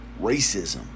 Racism